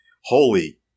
holy